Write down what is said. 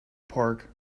park